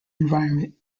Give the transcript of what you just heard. environment